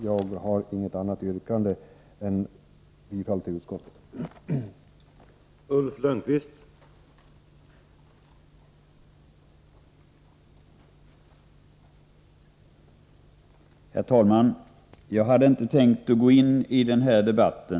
Jag har inget annat yrkande än bifall till utskottets hemställan.